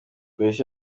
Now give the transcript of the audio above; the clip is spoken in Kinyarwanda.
polisi